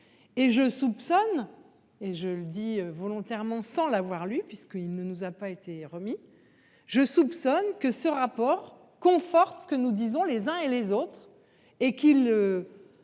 Et je soupçonne. Et je le dis volontairement sans l'avoir lu puisqu'il ne nous a pas été remis. Je soupçonne que ce rapport conforte ce que nous disons, les uns et les autres et qu'ils.